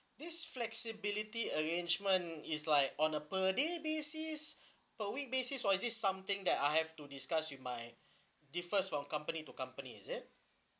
this flexibility arrangement is like on a per day basis per week basis or is this something that I have to discuss with my differs from company to company is it